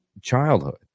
childhood